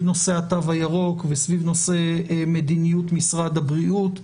נושא התו הירוק וסביב נושא מדיניות משרד הבריאות.